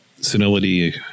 senility